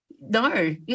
no